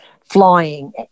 flying